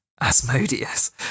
Asmodeus